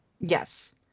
Yes